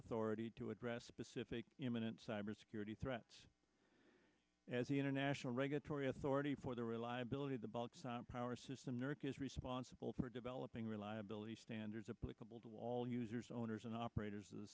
authority to address specific imminent cybersecurity threat as the international regulatory authority for the reliability of the power is responsible for developing reliability standards of all users owners and operators the